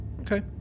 Okay